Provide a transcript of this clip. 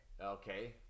Okay